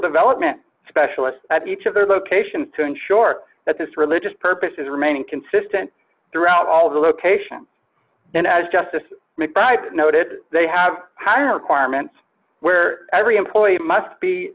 development specialist at each of their locations to ensure that this religious purpose is remaining consistent throughout all the location and as justice mcbride noted they have how requirements where every employee must be